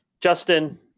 Justin